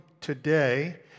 today